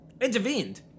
intervened